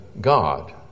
God